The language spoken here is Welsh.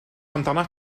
amdanat